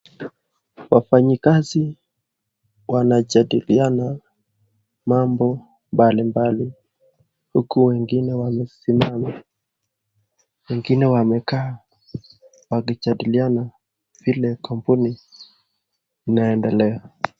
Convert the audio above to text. Wafanyi kazi wanajadiliana mambo mbalimbali, huku wengine wamesimama wengine wamekaa wakijadiliana vile kampuni inaendelea.